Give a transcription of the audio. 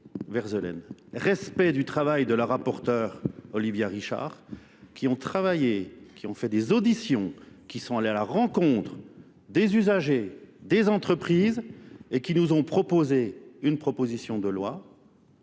Respect du travail de la rapporteure Olivia Richard qui ont travaillé, qui ont fait des auditions, qui sont allées à la rencontre des usagers, des entreprises et qui nous ont proposé une proposition de loi